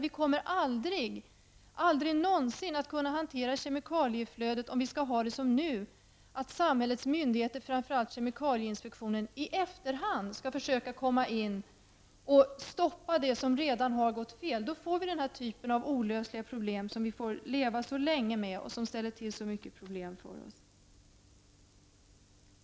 Vi kommer aldrig någonsin att kunna hantera kemikalieutflödet, om vi skall ha det som nu, då samhällets myndigheter, framför allt kemikalieinspektionen, i efterhand skall försöka komma in och stoppa det som redan har gått fel. Då får vi den typ av olösliga problem som vi får leva så länge med och som ställer till så mycket av problem för oss.